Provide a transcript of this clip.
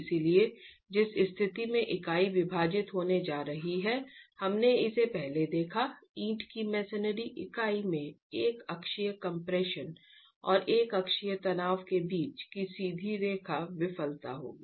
इसलिए जिस स्थिति में इकाई विभाजित होने जा रही है हमने इसे पहले देखा ईंट की मसनरी इकाई में एक अक्षीय कम्प्रेशन और एक अक्षीय तनाव के बीच की सीधी रेखा विफलता होंगी